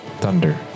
Thunder